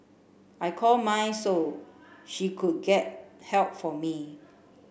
I call my so she could get help for me